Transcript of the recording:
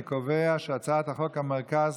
אני קובע שחוק המרכז